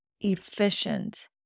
efficient